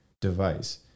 device